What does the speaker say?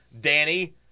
Danny